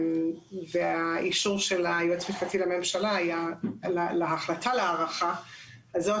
האישור של היועץ המשפטי לממשלה להחלטה להארכה הזאת,